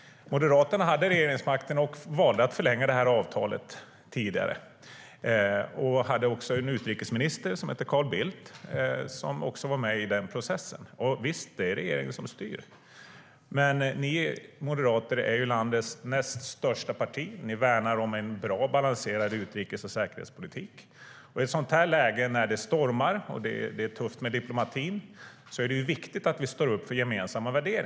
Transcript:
Moderaterna hade regeringsmakten och valde att förlänga avtalet tidigare. De hade en utrikesminister som heter Carl Bildt som också var med i processen. Visst, det är regeringen som styr. Men ni moderater är landets näst största parti. Ni värnar en bra och balanserad utrikes och säkerhetspolitik. I ett sådant här läge, när det stormar och är tufft med diplomatin, är det viktigt att vi står upp för gemensamma värderingar.